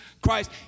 Christ